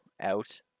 out